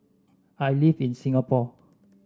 I live in Singapore